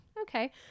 Okay